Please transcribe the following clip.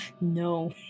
No